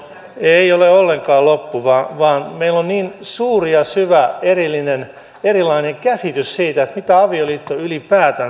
ei ole ollenkaan loppu vaan meillä on niin suuri ja syvä erilainen käsitys siitä mitä avioliitto ylipäätänsä on